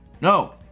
No